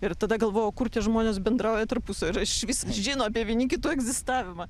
ir tada galvoju o kur tie žmonės bendrauja tarpusavy ir iš vis žino apie vieni kitų egzistavimą